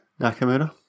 Nakamura